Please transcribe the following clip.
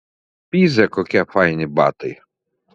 pizė kokie faini batai